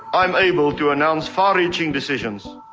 i'm able to announce far reaching decisions.